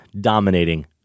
dominating